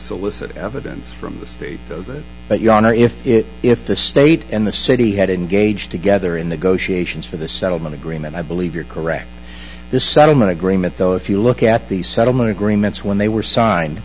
solicit evidence from the state so that but ya know if it if the state and the city had engaged together in the goshi ations for the settlement agreement i believe you're correct this settlement agreement though if you look at the settlement agreements when they were signed